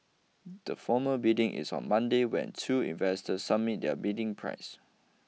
the formal bidding is on Monday when two investors submit their bidding prices